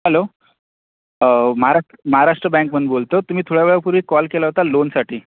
hello महारा महाराष्ट्र बँकमधून बोलतो तुम्ही थोड्या वेळापूर्वी कॉल केला होता लोनसाठी